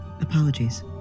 Apologies